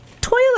Toilet